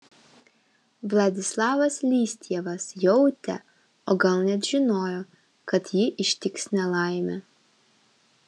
vladislavas listjevas jautė o gal net žinojo kad jį ištiks nelaimė